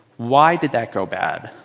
why did that go bad?